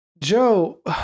Joe